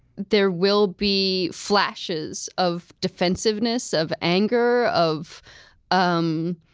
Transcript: there will be flashes of defensiveness, of anger, of um